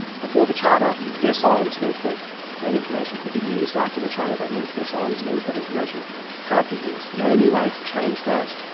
before the charter, their silence meant that that information could be used after the charter that means, their silence means that information can't be used. the only way to change that,